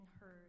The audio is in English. heard